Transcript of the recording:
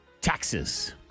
taxes